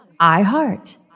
iHeart